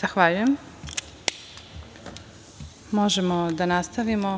Zahvaljujem. Možemo da nastavimo